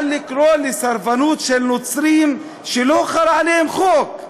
אבל לקרוא לסרבנות של נוצרים שלא חל עליהם חוק,